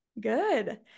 Good